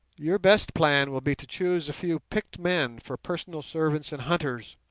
your best plan will be to choose a few picked men for personal servants and hunters,